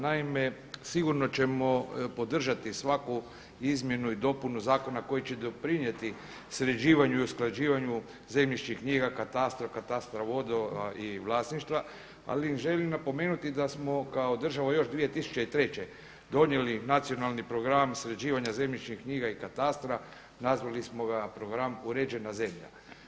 Naime, sigurno ćemo podržati svaku izmjenu i dopunu zakona koji će doprinijeti sređivanju i usklađivanju zemljišnih knjiga, katastra, katastra vodova i vlasništva, ali želim napomenuti da smo kao država još 2003. donijeli Nacionalni program sređivanja zemljišnih knjiga i katastra, nazvali smo ga program „Uređena zemlja“